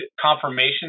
confirmation